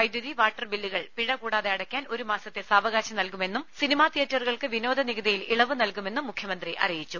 വൈദ്യുതി വാട്ടർ ബില്ലുകൾ പിഴ കൂടാതെ അടയ്ക്കാൻ ഒരു മാസത്തെ സാവകാശം നൽകുമെന്നും സിനിമാ തിയറ്ററുകൾക്ക് വിനോദ നികുതിയിൽ ഇളവ് നൽകുമെന്നും മുഖ്യമന്ത്രി അറിയിച്ചു